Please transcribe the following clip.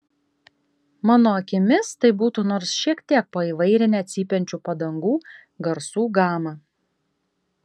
mano akimis tai būtų nors šiek tiek paįvairinę cypiančių padangų garsų gamą